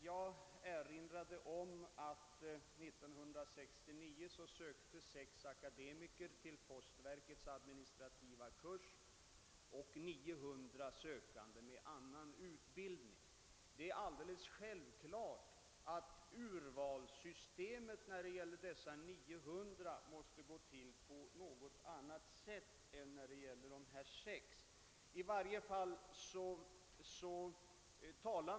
Jag vill erinra om att 1969 sökte 6 akademiker till postverkets administrativa kurs och 900 personer med annan utbildning. Självfallet måste urvalssystemet för de 900 vara utformat på ett från ekonomiska och rationella synpunkter försvarbart sätt.